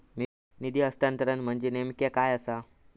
निधी हस्तांतरण म्हणजे नेमक्या काय आसा?